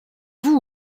vous